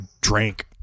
drank